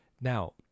Now